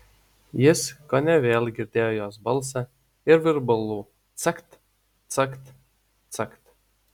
jis kone vėl girdėjo jos balsą ir virbalų cakt cakt cakt